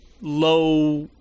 low